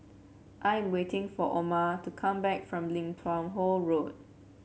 I am waiting for Oma to come back from Lim Tua Tow Road